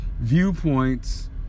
viewpoints